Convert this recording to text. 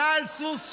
עלה על סוס?